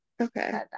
Okay